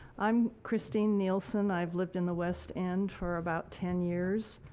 um christine nielson. i have lived in the west end for about ten years.